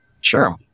Sure